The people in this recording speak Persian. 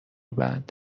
بند